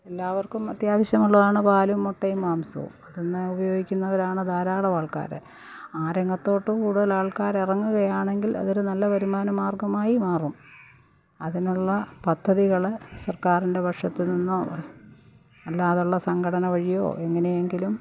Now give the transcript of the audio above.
എല്ലാവർക്കും അത്യവശ്യമുള്ളതാണ് പാലും മുട്ടയും മാംസവും അതിന്ന് ഉപയോഗിക്കുന്നവരാണ് ധാരാളം ആൾക്കാര് ആ രംഗത്തോട്ട് കൂടുതൽ ആൾക്കാർ ഇറങ്ങുകയാണെങ്കിൽ അതൊരു നല്ല വരുമാന മാർഗ്ഗമായി മാറും അതിനുള്ള പദ്ധതികള് സർക്കാരിൻ്റെ പക്ഷത്തുനിന്നോ അല്ലാതുള്ള സംഘടനവഴിയോ എങ്ങനെയെങ്കിലും